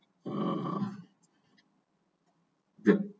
err yup